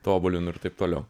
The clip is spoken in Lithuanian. tobulinu ir taip toliau